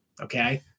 okay